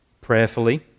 prayerfully